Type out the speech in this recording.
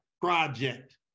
project